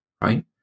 right